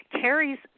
carries